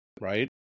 right